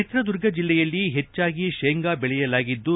ಚಿತ್ರದುರ್ಗ ಜಿಲ್ಲೆಯಲ್ಲಿ ಹೆಚ್ಚಾಗಿ ಶೇಂಗಾ ಬೆಳೆಯಲಾಗಿದ್ದು